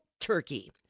turkey